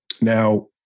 Now